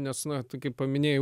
nes na tokį paminėjai